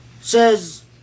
says